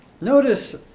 Notice